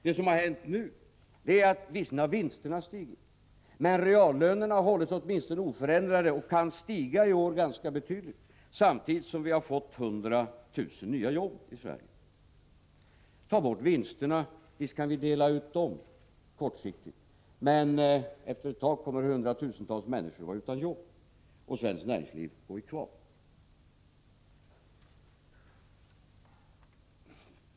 Det som har hänt nu är att vinsterna visserligen har stigit, men reallönerna har åtminstone hållits oförändrade och kan i år stiga ganska betydligt, samtidigt som vi har fått 100 000 nya jobb i Sverige. Visst kan vi ta bort vinsterna och dela ut dem kortsiktigt, men efter ett tag kommer hundratusentals människor att vara utan jobb och svenskt näringsliv gå i kvav.